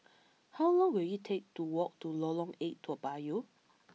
how long will it take to walk to Lorong Eight Toa Payoh